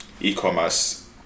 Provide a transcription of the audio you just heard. e-commerce